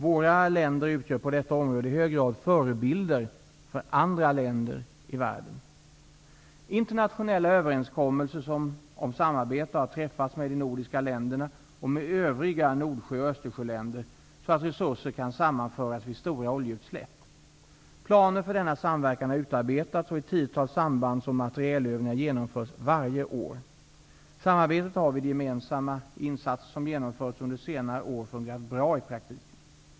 Våra länder utgör på detta område i hög grad förebilder för andra länder i världen. Internationella överenskommelser om samarbete har träffats med de nordiska länderna och med övriga Nordsjö och Östersjöländer så att resurser kan sammanföras vid stora utsläpp. Planer för denna samverkan har utarbetats, och ett tiotal sambands och materielövningar genomförs varje år. Samarbetet har vid de gemensamma insatser som genomförts under senare år fungerat bra i praktiken.